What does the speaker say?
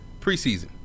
Preseason